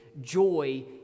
joy